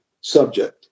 subject